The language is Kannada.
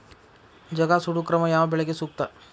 ಜಗಾ ಸುಡು ಕ್ರಮ ಯಾವ ಬೆಳಿಗೆ ಸೂಕ್ತ?